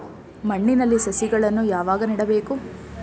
ಮಣ್ಣಿನಲ್ಲಿ ಸಸಿಗಳನ್ನು ಯಾವಾಗ ನೆಡಬೇಕು?